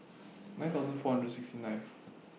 nine thousand four hundred and sixty ninth